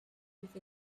with